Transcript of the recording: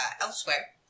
elsewhere